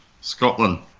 Scotland